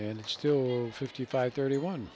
and it's still fifty five thirty one